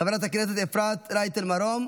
חברת הכנסת אפרת רייטן מרום,